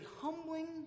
humbling